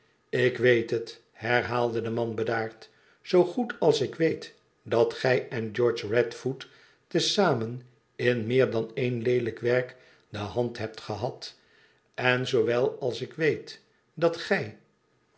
ik weet het herhaalde de man bedaard zoo goed als ik weet dat gij en george radfoot te zamen in meer dan een leelijk werk de hand hebt gehad en zoowel als ik weet dat gij